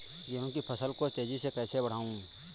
गेहूँ की फसल को तेजी से कैसे बढ़ाऊँ?